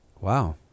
Wow